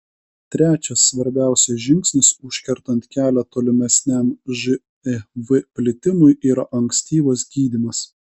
trečias svarbiausias žingsnis užkertant kelią tolimesniam živ plitimui yra ankstyvas gydymas